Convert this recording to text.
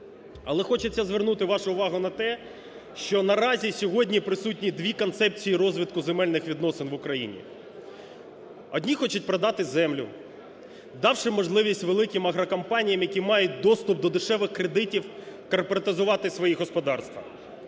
Але хочеться звернути вашу увагу на те, що наразі сьогодні присутні дві концепції розвитку земельних відносин в Україні. Одні хочуть продати землю, давши можливість великим агрокомпаніям, які мають доступ до дешевих кредитів, корпоратизувати свої господарства.